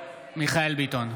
מיכאל מרדכי ביטון,